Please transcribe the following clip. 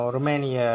Romania